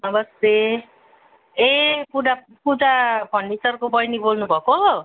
नमस्ते ए पूजा पूजा फर्निचरको बहिनी बोल्नुभएको